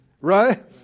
right